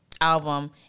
album